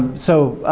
so,